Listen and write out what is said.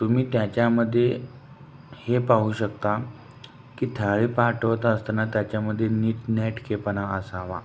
तुम्ही त्याच्यामध्ये हे पाहू शकता की थाळी पाठवत असताना त्याच्यामध्ये नीटनेटकेपणा असावा